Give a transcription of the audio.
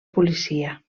policia